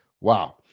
Wow